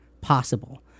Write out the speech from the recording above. possible